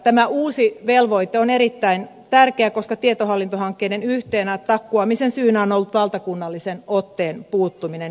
tämä uusi velvoite on erittäin tärkeä koska tietohallintohankkeiden yhtenä takkuamisen syynä on ollut valtakunnallisen otteen puuttuminen